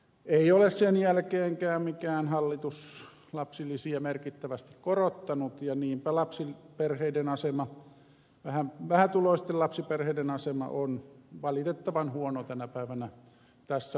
ei ole sen jälkeenkään mikään hallitus lapsilisiä merkittävästi korottanut ja niinpä lapsiperheiden asema vähätuloisten lapsiperheiden asema on valitettavan huono tänä päivänä tässä maassa